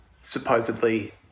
supposedly